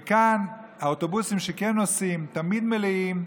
וכאן, האוטובוסים שכן נוסעים תמיד מלאים,